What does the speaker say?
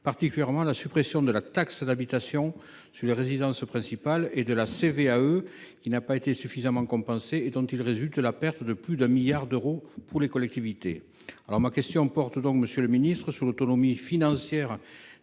particulièrement la suppression de la taxe d’habitation sur les résidences principales et de la CVAE, qui n’a pas été suffisamment compensée et dont il résulte la perte de plus de 1 milliard d’euros pour les collectivités. Ma question porte donc sur l’autonomie financière